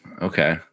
Okay